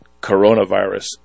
coronavirus